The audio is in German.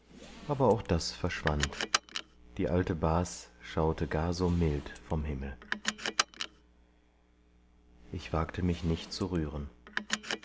aber auch das verschwand die alte bas schaute gar so mild vom himmel ich wagte mich nicht zu rühren